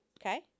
Okay